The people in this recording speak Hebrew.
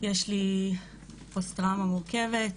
יש לי פוסט-טראומה מורכבת.